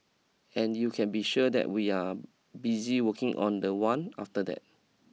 and you can be sure that we are busy working on the one after that